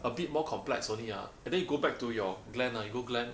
a bit more complex only ah and then go back to your Glen lah you go Glen